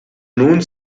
nun